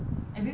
every week